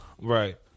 Right